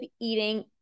eating